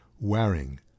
Waring